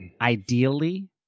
ideally